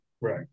Right